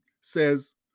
Says